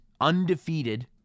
undefeated